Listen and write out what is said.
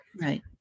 Right